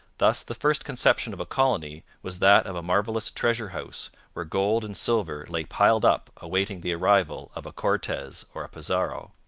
thus the first conception of a colony was that of a marvellous treasure-house where gold and silver lay piled up awaiting the arrival of a cortez or a pizarro.